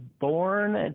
born